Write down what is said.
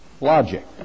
Logic